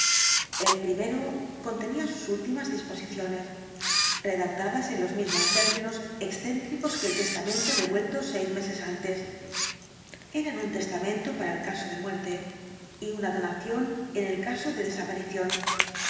el primero contenía sus últimas disposiciones redactadas en los mismos términos excéntricos que el testamento devuelto seis meses antes eran un testamento para el caso de muerte y una donación en el caso de desaparición